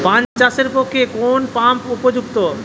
পান চাষের পক্ষে কোন পাম্প উপযুক্ত?